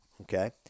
okay